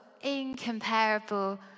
incomparable